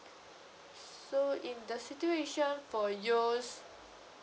so ya in the situation for you